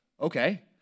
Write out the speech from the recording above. Okay